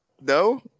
no